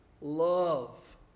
love